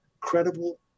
credible